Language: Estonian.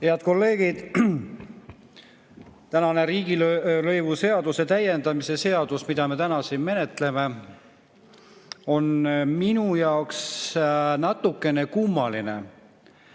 Head kolleegid! Riigilõivuseaduse täiendamise seadus, mida me täna siin menetleme, on minu jaoks natukene kummaline.